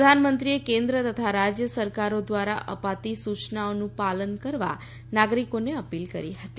પ્રધાનમંત્રીએ કેન્દ્ર તથા રાજ્ય સરકારો દ્વારા અપાતી સૂચનાઓનું પાલન કરવા નાગરિકોને અપીલ કરી હતી